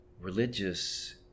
religious